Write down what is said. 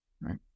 right